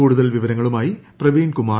കൂടുതൽ വിവരങ്ങളുമായി പ്രവീൺ കുമാർ